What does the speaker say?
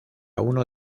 uno